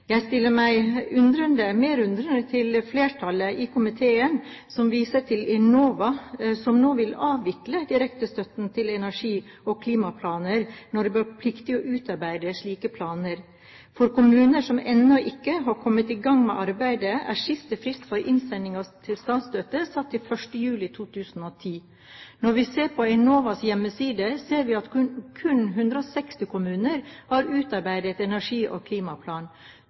Jeg stiller meg mer undrende til flertallet i komiteen, som viser til Enova som vil avvikle direktestøtten til energi- og klimaplaner, når det nå blir pliktig å utarbeide slike planer. For kommuner som ennå ikke har kommet i gang med arbeidet, er siste frist for innsending til statsstøtte satt til 1. juli 2010. Når vi ser på Enovas hjemmesider, ser vi at kun 160 kommuner har utarbeidet energi- og klimaplan.